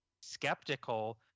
skeptical